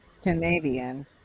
Canadian